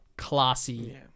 classy